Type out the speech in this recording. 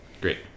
Great